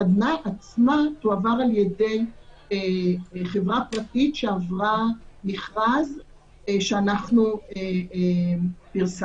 הסדנה עצמה תועבר על ידי חברה פרטית שעברה מכרז שאנחנו פרסמנו,